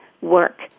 work